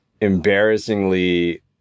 embarrassingly